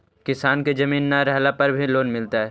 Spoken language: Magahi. किसान के जमीन न रहला पर भी लोन मिलतइ?